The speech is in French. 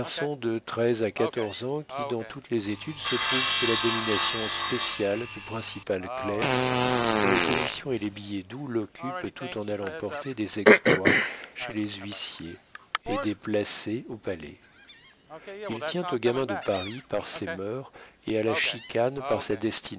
de treize à quatorze ans qui dans toutes les études se trouve sous la domination spéciale du principal clerc dont les commissions et les billets doux l'occupent tout en allant porter des exploits chez les huissiers et des placets au palais il tient au gamin de paris par ses mœurs et à la chicane par sa destinée